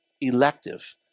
elective